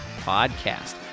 podcast